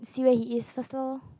see where he is first lor